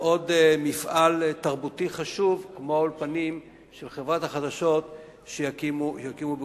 לעוד מפעל תרבותי חשוב כמו האולפנים של חברת החדשות שיקימו בירושלים.